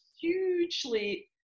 hugely